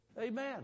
Amen